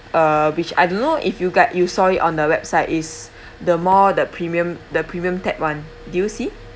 uh which I don't know if you've guy you saw it on the website is the more the premium the premium tab [one] did you see